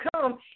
come